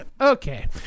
Okay